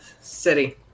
city